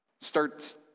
Starts